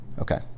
Okay